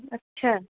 اچھا